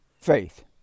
faith